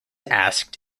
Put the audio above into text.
asked